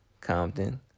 Compton